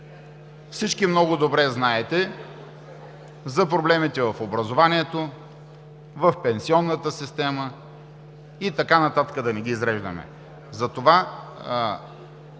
Всички много добре знаете за проблемите в образованието, в пенсионната система и така нататък – да не ги изреждаме.